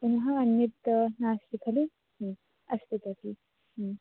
पुनः अन्यत् नास्ति खलु अस्तु तर्हि